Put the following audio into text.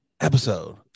episode